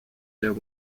there